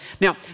Now